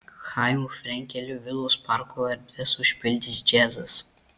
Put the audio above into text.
chaimo frenkelio vilos parko erdves užpildys džiazas